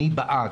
אני בעד.